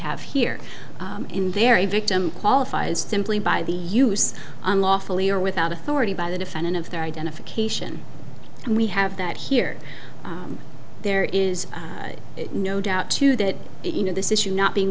have here in there a victim qualifies simply by the use unlawfully or without authority by the defendant of their identification and we have that here there is no doubt too that you know this issue not being